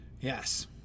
Yes